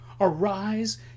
Arise